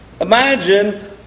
Imagine